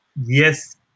Yes